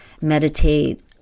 meditate